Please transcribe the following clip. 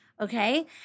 okay